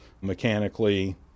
mechanically